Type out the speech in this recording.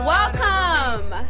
Welcome